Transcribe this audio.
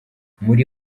muri